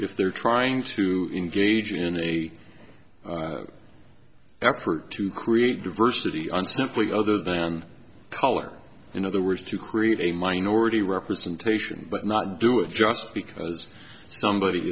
if they're trying to engage in a effort to create diversity and simply other than color in other words to create a minority representation but not do it just because somebody